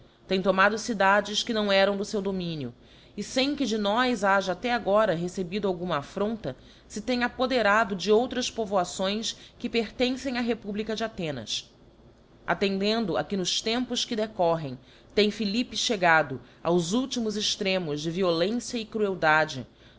tem tomado cidades que não eram do feu dominio e fem que de nós haja até agora recebido alguma affronta fe tem apoderado de outras povoações que pertencem á republica de athenas attendendo a que nos tempos que decorrem tem philippe chegado aos últimos extremos de violência e crueldade